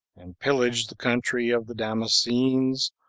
and pillaged the country of the damascenes,